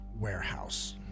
warehouse